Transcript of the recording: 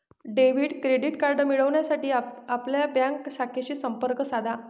debit credit card मिळविण्यासाठी आपल्या bank शाखेशी संपर्क साधा